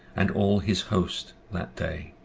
and all his host that day.